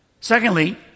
Secondly